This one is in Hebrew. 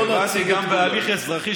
בוא נציג את כולן.